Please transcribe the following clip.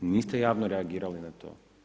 Niste javno reagirali na to.